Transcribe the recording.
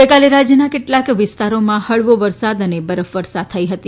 ગઈકાલે રાજ્યના કેટલાક વિસ્તારોમાં હળવો વરસાદ અને બરફ વર્ષા થઈ હતી